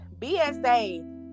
BSA